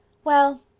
well,